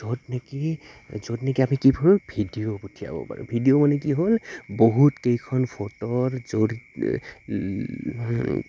য'ত নেকি য'ত নেকি আমি কি কৰোঁ ভিডিঅ' পঠিয়াব পাৰোঁ ভিডিঅ' মানে কি হ'ল বহুত কেইখন ফটোৰ য